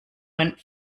went